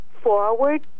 forward